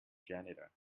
janitor